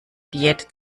diät